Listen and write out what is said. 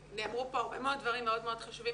נאמרו פה הרבה מאוד דברים מאוד מאוד חשובים,